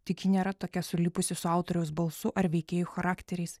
tik ji nėra tokia sulipusi su autoriaus balsu ar veikėjų charakteriais